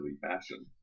fashion